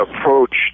approach